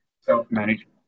self-management